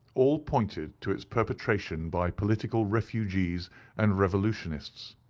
all pointed to its perpetration by political refugees and revolutionists.